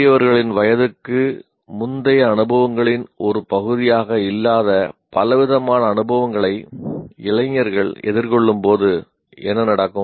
பெரியவர்களின் வயதுக்கு முந்தைய அனுபவங்களின் ஒரு பகுதியாக இல்லாத பலவிதமான அனுபவங்களை இளைஞர்கள் எதிர்கொள்ளும்போது என்ன நடக்கும்